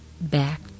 back